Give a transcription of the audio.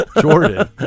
Jordan